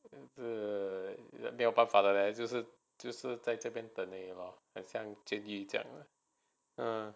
err 没有办法的 leh 就是在这边等而已 lor 很像在监狱这样